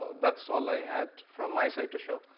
that's all i had from my side to show.